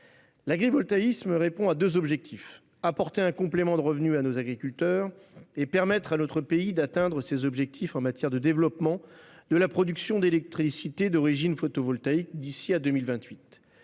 L'agrivoltaïsme répond à deux objectifs : apporter un complément de revenu à nos agriculteurs et permettre à notre pays d'atteindre ses objectifs en matière de développement de la production d'électricité d'origine photovoltaïque d'ici à 2028.